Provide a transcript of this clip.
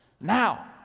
Now